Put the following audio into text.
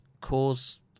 cause